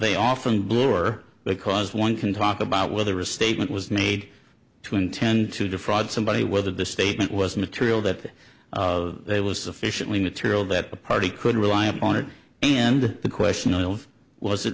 they often bloor because one can talk about whether a statement was made to intend to defraud somebody whether the statement was material that they were sufficiently material that the party could rely upon it and the question of was it